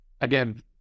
again